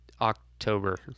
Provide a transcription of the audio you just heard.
October